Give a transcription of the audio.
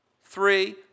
three